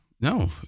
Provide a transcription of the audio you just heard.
No